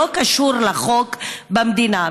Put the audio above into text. שלא קשור לחוק במדינה.